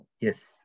Yes